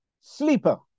Sleeper